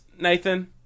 Nathan